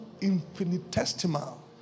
infinitesimal